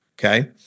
Okay